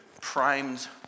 primed